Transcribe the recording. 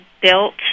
built